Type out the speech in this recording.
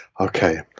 okay